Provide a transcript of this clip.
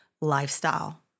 lifestyle